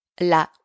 La